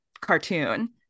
cartoon